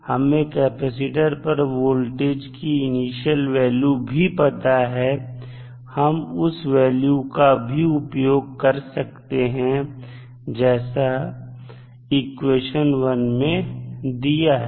हमें कैपेसिटर पर वोल्टेज की इनिशियल वैल्यू भी पता है हम उस वैल्यू का भी उपयोग कर सकते हैं जैसा इक्वेशन 1 में दिया है